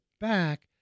back